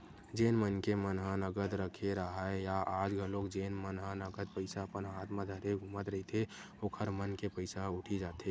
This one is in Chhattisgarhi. जेन मनखे मन ह नगद रखे राहय या आज घलोक जेन मन ह नगद पइसा अपन हात म धरे घूमत रहिथे ओखर मन के पइसा ह उठी जाथे